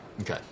Okay